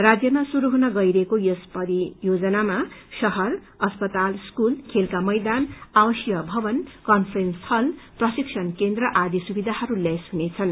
राज्यमा श्रुरू हुन गइरहेको यस परियोजनामा शहर अस्पताल स्कूल खेलका मैदान आवसीय भवन कन्फेन्स हल प्रशिक्षण केन्द्र आदि सुविधाहरू युक्त हुनेछन्